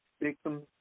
victims